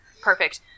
Perfect